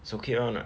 it's okay [one] [what]